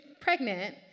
pregnant